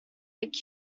like